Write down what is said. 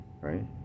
right